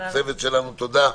לצוות שלנו תודה.